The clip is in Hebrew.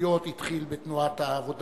השיתופיות התחיל בתנועת העבודה.